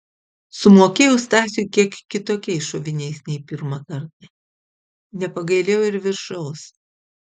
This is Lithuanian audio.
sumokėjau stasiui kiek kitokiais šoviniais nei pirmą kartą nepagailėjau ir viršaus